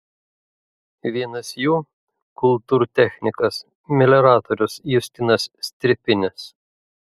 vienas jų kultūrtechnikas melioratorius justinas stripinis